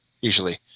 usually